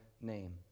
name